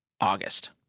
August